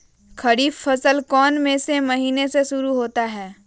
खरीफ फसल कौन में से महीने से शुरू होता है?